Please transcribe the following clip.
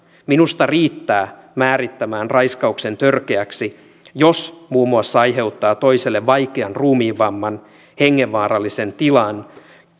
minusta riittää määrittämään raiskauksen törkeäksi jos muun muassa aiheuttaa toiselle vaikean ruumiinvamman hengenvaarallisen tilan